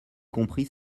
compris